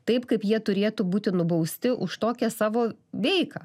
taip kaip jie turėtų būti nubausti už tokią savo veiką